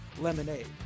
lemonade